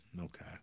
okay